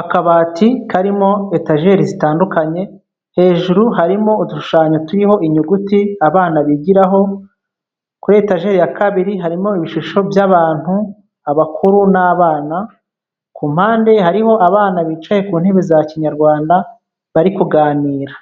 Akabati karimo etageri zitandukanye, hejuru harimo udushushanyo turiho inyuguti abana bigiraho, kuri etageri ya kabiri harimo ibishusho by'abantu, abakuru n'abana, ku mpande hariho abana bicaye ku ntebe za kinyarwanda bari kuganira,